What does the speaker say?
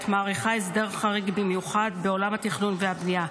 מאריכה הסדר חריג במיוחד בעולם התכנון והבנייה,